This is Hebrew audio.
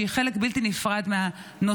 שהיא חלק בלתי נפרד מהנושא,